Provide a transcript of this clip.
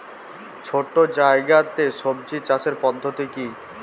ছোট্ট জায়গাতে সবজি চাষের পদ্ধতিটি কী?